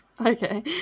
Okay